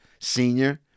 senior